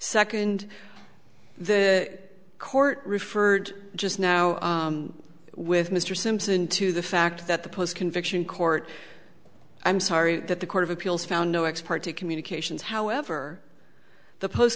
second the court referred just now with mr simpson to the fact that the post conviction court i'm sorry that the court of appeals found no expert to communications however the post